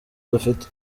dufite